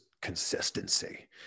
consistency